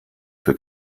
für